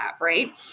right